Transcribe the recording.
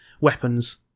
weapons